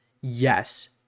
yes